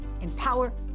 empower